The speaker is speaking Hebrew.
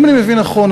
אם אני מבין נכון,